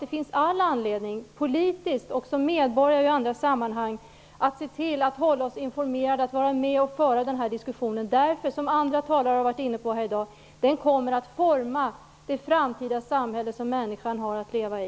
Det finns all anledning att vi som politiker och som medborgare i andra sammanhang ser till att hålla oss informerade och att föra denna diskussion. Gentekniken kommer, som andra talare här i dag har sagt, att forma det framtida samhälle som människan har att leva i.